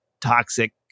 toxic